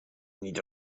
niet